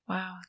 Wow